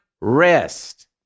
rest